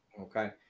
Okay